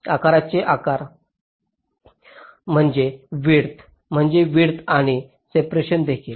आकारांचे आकार म्हणजे विड्थ म्हणजे विड्थ आणि सेपरेशन देखील